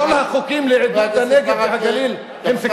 כל החוקים לעידוד הנגב והגליל הם סקטוריאליים.